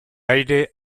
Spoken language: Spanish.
aire